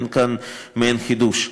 אין כאן מעין חידוש.